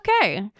okay